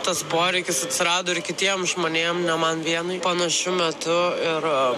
tas poreikis atsirado ir kitiems žmonėm ne man vienai panašiu metu ir